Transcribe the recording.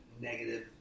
negative